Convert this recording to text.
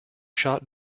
shot